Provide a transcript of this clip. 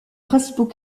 principaux